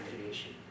creation